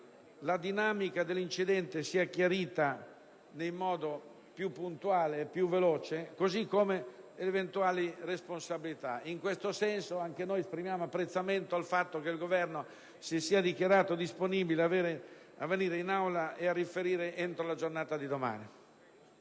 la dinamica dell'incidente sia chiarita nel modo più puntuale e veloce, così come eventuali responsabilità. In questo senso, anche noi esprimiamo apprezzamento per il fatto che il Governo si è dichiarato disponibile a venire in Aula per riferire entro la giornata di domani.